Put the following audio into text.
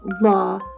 law